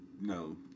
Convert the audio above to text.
No